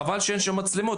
חבל שאין שם מצלמות,